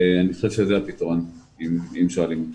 אני חושב שזה הפתרון, אם שואלים אותי.